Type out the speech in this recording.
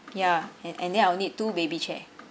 ya and and then I'll need two baby chair